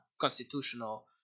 constitutional